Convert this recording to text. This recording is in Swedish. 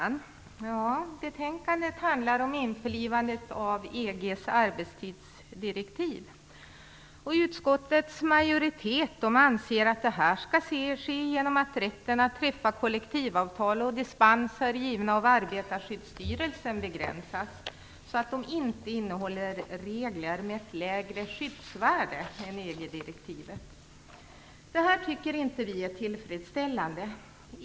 Fru talman! Betänkandet handlar om införlivandet av EG:s arbetstidsdirektiv. Utskottets majoritet anser att detta skall ske genom att rätten att träffa kollektivavtal och dispenser givna av Arbetarskyddsstyrelsen begränsas så att de inte innehåller regler med ett lägre skyddsvärde än EG-direktivet. Det här tycker inte vi är tillfredsställande.